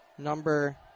Number